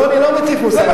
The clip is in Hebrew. לא, אני לא מטיף מוסר.